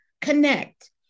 connect